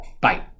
Bye